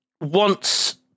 wants